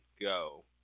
go